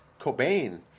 cobain